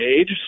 age